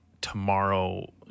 tomorrow